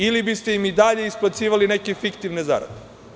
Ili biste im i dalje isplaćivali neke fiktivne zarade?